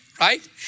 Right